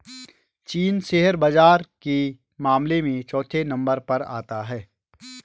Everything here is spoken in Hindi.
चीन शेयर बाजार के मामले में चौथे नम्बर पर आता है